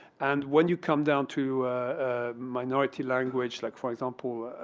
and when you come down to minority language, like for example